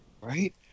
Right